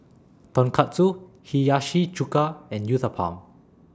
Tonkatsu Hiyashi Chuka and Uthapam